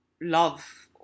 love